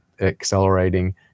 accelerating